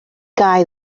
guy